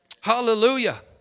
hallelujah